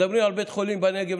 מדברים על בית חולים נוסף